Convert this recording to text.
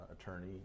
attorney